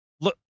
Look